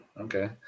Okay